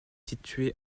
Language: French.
situé